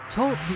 Talk